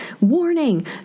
warning